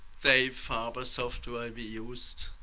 faye farber's software we used.